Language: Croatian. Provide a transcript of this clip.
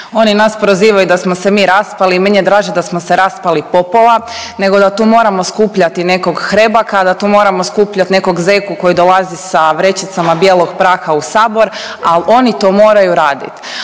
Oni nas prozivaju da smo se mi raspali. Meni je draže da smo se raspali popova, nego da tu moramo skupljati nekog Hrebaka, da tu moramo skupljati nekog Zeku koji dolazi sa vrećicama bijelog praha u Sabor, ali oni to moraju raditi.